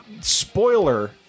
spoiler